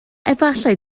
efallai